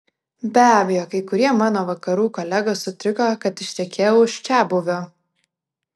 be abejo kai kurie mano vakarų kolegos sutriko kad ištekėjau už čiabuvio